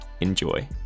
Enjoy